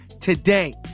today